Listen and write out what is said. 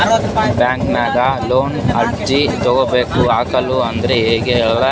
ಬ್ಯಾಂಕ್ದಾಗ ಲೋನ್ ಗೆ ಅರ್ಜಿ ಹಾಕಲು ಅರ್ಜಿ ಹೆಂಗ್ ತಗೊಬೇಕ್ರಿ?